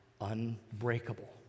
unbreakable